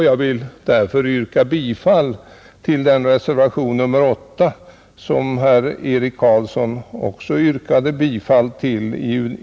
Jag vill därför yrka bifall till reservationen 8 som herr Eric Carlsson också yrkade bifall till.